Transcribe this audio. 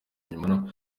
inyuma